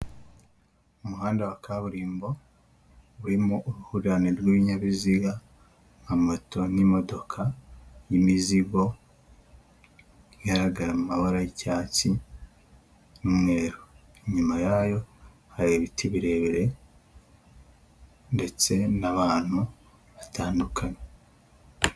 Umuhanda wa kaburimbo, urimo uruhurirane rw'ibinyabiziga nka moto n'imodoka y'imizigo, igaragara mu mabara y'icyatsi n'umweru. Inyuma yayo hari ibiti birebire ndetse n'abantu batandukanye.